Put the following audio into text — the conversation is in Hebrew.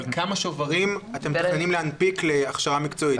אבל כמה שוברים אתם מתכננים להנפיק להכשרה מקצועית?